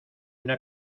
una